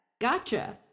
Gotcha